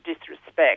disrespect